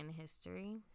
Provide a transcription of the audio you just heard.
history